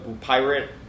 pirate